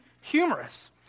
humorous